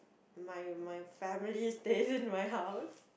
my my family stays in my house